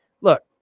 look